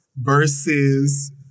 versus